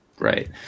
right